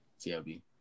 CLB